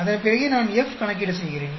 அதன்பிறகே நான் F கணக்கீடு செய்கிறேன்